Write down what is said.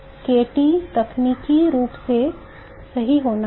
k T तकनीकी रूप से सही होना है